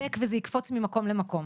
מדבר וזה יקפוץ ממקום למקום.